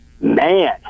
man